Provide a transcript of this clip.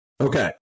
Okay